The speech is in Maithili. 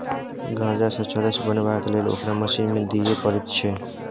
गांजासँ चरस बनेबाक लेल ओकरा मशीन मे दिए पड़ैत छै